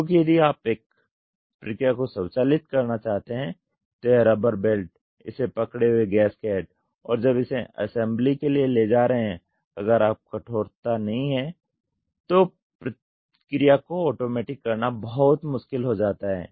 क्योंकि यदि आप एक प्रक्रिया को स्वचालित करना चाहते हैं तो यह रबर बेल्ट इसे पकड़े हुए गैसकेट और जब इसे असेंबली के लिए ले जा रहे है अगर कठोरता नहीं है तो प्रक्रिया को आटोमेटिक करना बहुत मुश्किल हो जाता है